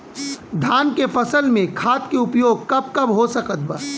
धान के फसल में खाद के उपयोग कब कब हो सकत बा?